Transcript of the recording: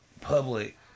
public